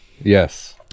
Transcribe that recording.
yes